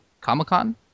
comic-con